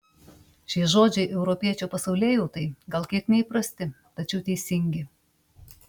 šie žodžiai europiečio pasaulėjautai gal kiek neįprasti tačiau teisingi